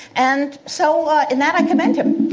and so, in that, i commend him.